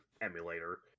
emulator